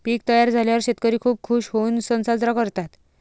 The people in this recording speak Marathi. पीक तयार झाल्यावर शेतकरी खूप खूश होऊन सण साजरा करतात